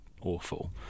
awful